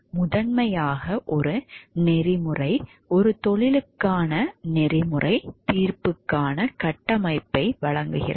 முதன்மையாக ஒரு நெறிமுறை நெறிமுறை ஒரு தொழிலுக்கான நெறிமுறை தீர்ப்புக்கான கட்டமைப்பை வழங்குகிறது